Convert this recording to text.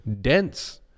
dense